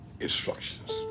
instructions